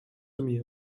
mir